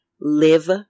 live